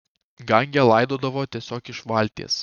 gange laidodavo tiesiog iš valties